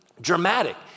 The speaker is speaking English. dramatic